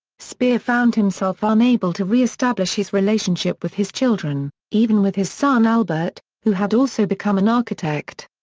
speer found himself unable to re-establish his relationship with his children, even with his son albert, who had also become an architect.